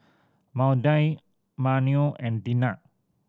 Maudie Manuel and Dinah